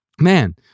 man